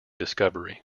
discovery